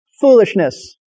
Foolishness